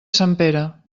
sempere